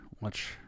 watch